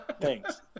Thanks